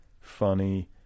funny